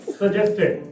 suggested